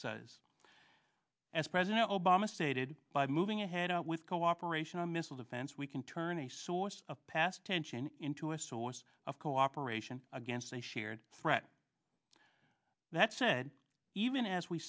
says as president obama stated by moving ahead with cooperation on missile defense we can turn a source of past tension into a source of cooperation against a shared threat that said even as we